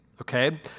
okay